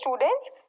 students